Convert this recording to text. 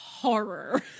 horror